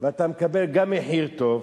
ואתה מקבל גם מחיר טוב,